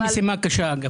אבל